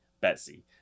betsy